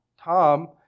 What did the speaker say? Tom